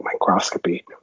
microscopy